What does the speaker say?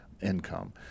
income